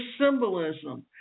symbolism